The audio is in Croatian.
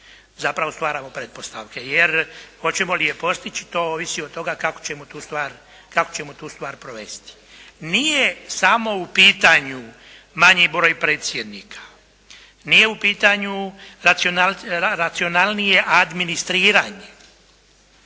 zapravo stvaramo pretpostavke jer hoćemo li je postići to ovisi od toga kako ćemo tu stvar provesti. Nije samo u pitanju manji broj predsjednika, nije u pitanju racionalnije administriranje.